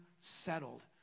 settled